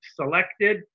selected